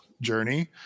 journey